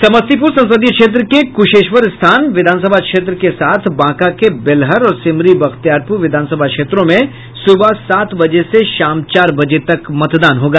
समस्तीपुर संसदीय क्षेत्र के कुशेश्वर स्थान विधानसभा क्षेत्र के साथ बांका के बेलहर और सिमरी बख्तियारपुर विधानसभा क्षेत्रों में सुबह सात बजे से शाम चार बजे तक मतदान होगा